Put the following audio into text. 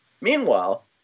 Meanwhile